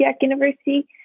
University